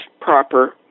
proper